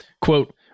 quote